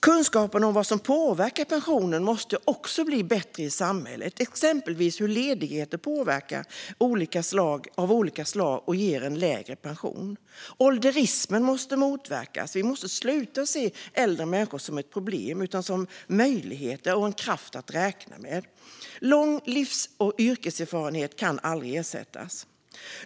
Kunskapen om vad som påverkar pensionen måste också bli bättre i samhället, exempelvis när det gäller hur ledigheter av olika slag påverkar detta och ger en lägre pension. Ålderismen måste motverkas. Vi måste sluta se äldre människor som ett problem. Vi måste se dem som möjligheter och en kraft att räkna med. Lång livs och yrkeserfarenhet kan aldrig ersättas.